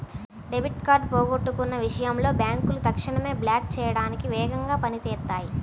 debit card పోగొట్టుకున్న విషయంలో బ్యేంకులు తక్షణమే బ్లాక్ చేయడానికి వేగంగా పని చేత్తాయి